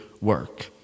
work